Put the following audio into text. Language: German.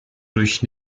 durch